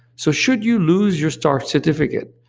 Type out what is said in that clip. so should you lose your start certificate,